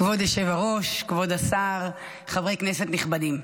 כבוד היושב-ראש, כבוד השר, חברי כנסת נכבדים,